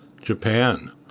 Japan